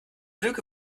lüge